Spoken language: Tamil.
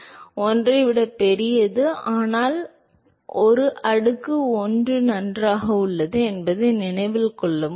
1 ஐ விட பெரியது ஆனால் ஒரு அடுக்கு 1 நன்றாக உள்ளது என்பதை நினைவில் கொள்ளவும்